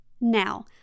Now